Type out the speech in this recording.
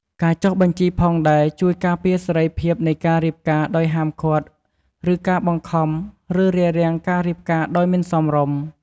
ការចុះបញ្ជីផងដែរជួយការពារសេរីភាពនៃការរៀបការដោយហាមឃាត់ការបង្ខំឬរារាំងការរៀបការដោយមិនសមរម្យ។